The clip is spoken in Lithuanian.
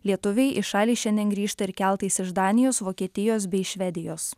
lietuviai į šalį šiandien grįžta ir keltais iš danijos vokietijos bei švedijos